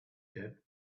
said